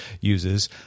uses